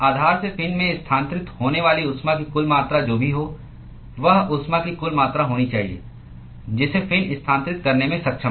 आधार से फिन में स्थानांतरित होने वाली ऊष्मा की कुल मात्रा जो भी हो वह ऊष्मा की कुल मात्रा होनी चाहिए जिसे फिन स्थानांतरित करने में सक्षम है